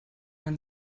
man